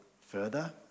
further